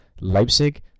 Leipzig